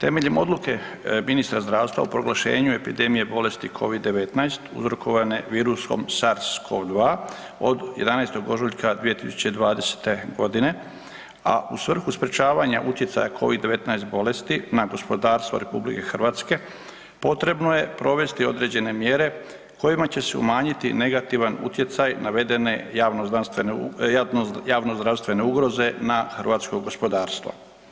Temeljem odluke ministra zdravstva o proglašenju epidemije bolesti Covid-19 uzrokovane virosom SARS-COV 2 od 11. ožujka 2020. godine, a u svrhu sprječavanja utjecaja Covid-19 bolesti na gospodarstvo RH potrebno je provesti određene mjere kojima će se umanjiti negativan utjecaj naveden javnozdravstvene ugroze na hrvatsko gospodarstvo.